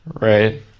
Right